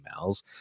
emails